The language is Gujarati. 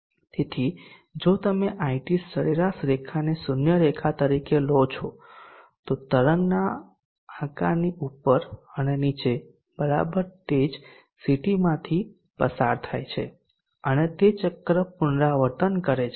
તેથી જો તમે IT સરેરાશ રેખાને 0 રેખા તરીકે લો છો તો તરંગના આકારની ઉપર અને નીચે બરાબર તેજ CT માંથી પસાર થાય છે અને તે ચક્ર પુનરાવર્તન કરે છે